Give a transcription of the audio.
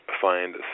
find